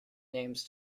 names